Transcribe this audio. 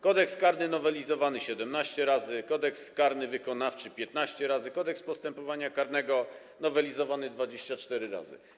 Kodeks karny nowelizowany 17 razy, Kodeks karny wykonawczy - 15 razy, Kodeks postępowania karnego nowelizowany 24 razy.